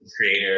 creator